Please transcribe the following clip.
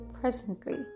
presently